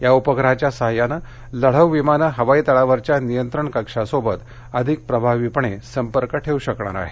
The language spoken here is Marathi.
या उपग्रहाच्या सहाय्यानं लढाऊ विमानं हवाई तळावरच्या नियंत्रण कक्षासोबत अधिक प्रभावीपणे संपर्क ठेवू शकणार आहेत